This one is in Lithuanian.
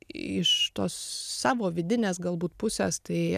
iš tos savo vidinės galbūt pusės tai